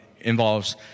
involves